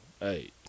hey